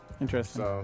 Interesting